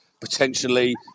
potentially